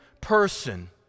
person